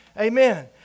Amen